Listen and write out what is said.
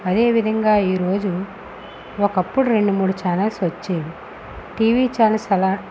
అదేవిధంగా ఈరోజు ఒకప్పుడు రెండు మూడు చానెల్స్ వచ్చేవి టీవీ చానల్స్ అలా